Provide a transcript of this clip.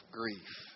grief